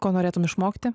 ko norėtum išmokti